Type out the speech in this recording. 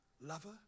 Lover